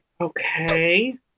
Okay